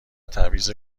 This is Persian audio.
تبعیض